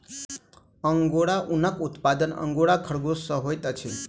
angora ऊनक उत्पादन angora खरगोश सॅ होइत अछि